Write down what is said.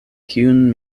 kiun